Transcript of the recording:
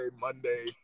Monday